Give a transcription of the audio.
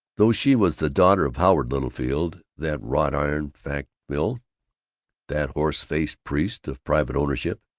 though she was the daughter of howard littlefield, that wrought-iron fact-mill, that horse-faced priest of private ownership,